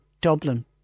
Dublin